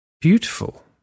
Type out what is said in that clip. Beautiful